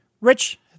Rich